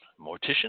Mortician